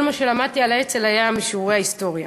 כל מה שלמדתי על האצ"ל היה משיעורי ההיסטוריה.